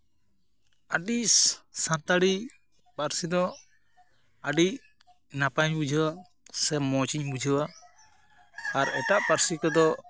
ᱟᱹᱰᱤ ᱥᱟᱱᱛᱟᱲᱤ ᱯᱟᱹᱨᱥᱤ ᱫᱚ ᱟᱹᱰᱤ ᱱᱟᱯᱟᱭᱤᱧ ᱵᱩᱡᱷᱟᱹᱣᱟ ᱥᱮ ᱢᱚᱡᱽ ᱤᱧ ᱵᱩᱡᱷᱟᱹᱟᱣᱟ ᱟᱨ ᱮᱴᱟᱜ ᱯᱟᱹᱨᱥᱤ ᱠᱚᱫᱚ